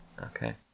Okay